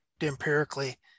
empirically